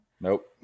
Nope